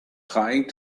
trying